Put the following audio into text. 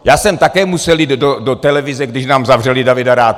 Já jsem také musel jít do televize, když nám zavřeli Davida Ratha.